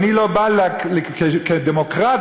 כדמוקרט,